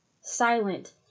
silent